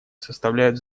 составляют